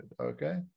okay